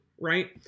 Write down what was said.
right